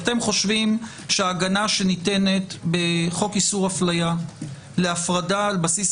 אתם חושבים שההגנה שניתנת בחוק איסור אפליה להפרדה על בסיס